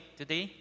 today